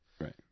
right